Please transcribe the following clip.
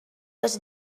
les